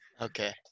Okay